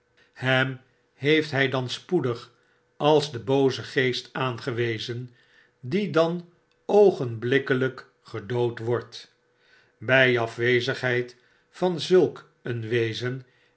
hem heeft hg dan spoedig als den boozen geest aangewezen die dan oogenblikkeiyk gedood wordt by afwezigheid van zulk een wezen